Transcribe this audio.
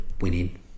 winning